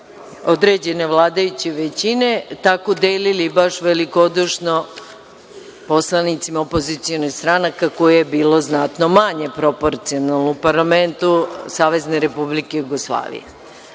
određene vladajuće većine, tako delili baš velikodušno poslanicima opozicionih stranaka, kojih je bilo znatno manje proporcionalno u parlamentu Savezne Republike Jugoslavije.